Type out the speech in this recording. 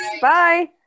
Bye